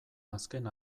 azken